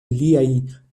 liajn